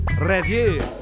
review